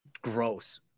gross